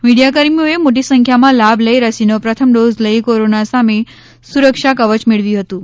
મીડિયાકર્મીઓએ મોટી સંખ્યામાં લાભ લઈ રસીનો પ્રથમ ડોઝ લઈ કોરોના સામે સુરક્ષા કવય મેળવ્યું હતુ